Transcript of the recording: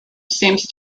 seems